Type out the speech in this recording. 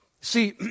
See